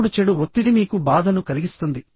ఇప్పుడు చెడు ఒత్తిడి మీకు బాధను కలిగిస్తుంది